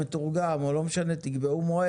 או מועד שתקבעו.